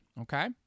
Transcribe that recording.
okay